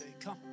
Come